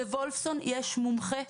בוולפסון יש מומחה,